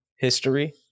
history